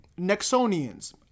Nexonians